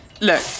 Look